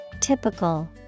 typical